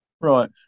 Right